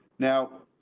now.